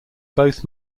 both